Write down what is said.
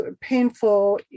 painful